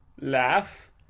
laugh